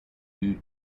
due